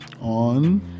On